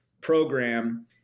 program